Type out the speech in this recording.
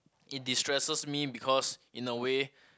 it destresses me because in a way